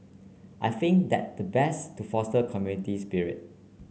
I think that the best to foster community spirit